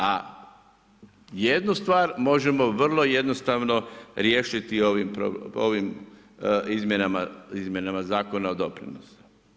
A jednu stvar možemo vrlo jednostavno riješiti ovim izmjenama Zakona o doprinosu.